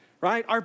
right